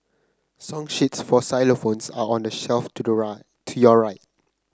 song sheets for xylophones are on the shelf to the right to your right